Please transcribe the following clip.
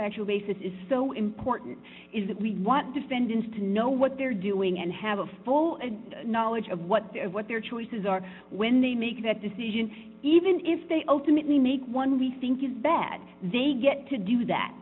factual basis is so important is that we want defendants to know what they're doing and have a full and knowledge of what they are what their choices are when they make that decision even if they ultimately make one we think is bad they get to do that